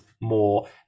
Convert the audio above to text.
more